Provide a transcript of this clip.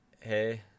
hey